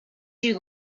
you